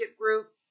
group